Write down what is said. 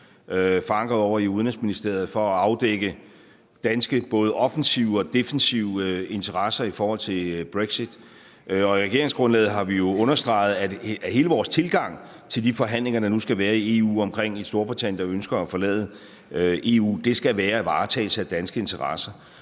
forankret i Udenrigsministeriet for at afdække danske både offensive og defensive interesser i forhold til Brexit. Og i regeringsgrundlaget har vi understreget, at hele vores tilgang til de forhandlinger, der nu skal være i EU om et Storbritannien, der ønsker at forlade EU, skal være varetagelse af danske interesser.